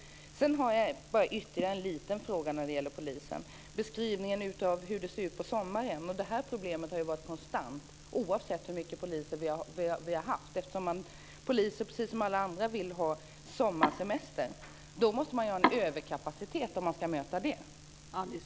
Jag har en ytterligare liten fråga när det gäller polisen. Den gäller beskrivningen av hur det ser ut på sommaren. Det problemet har varit konstant, oavsett hur många poliser vi har haft. Poliser, precis som alla andra, vill ha sommarsemester. För att möta detta måste det finnas en överkapacitet.